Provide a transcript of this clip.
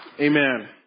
Amen